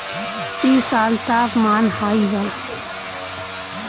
इ साल तापमान हाई बा